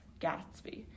Gatsby